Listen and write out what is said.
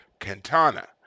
Cantana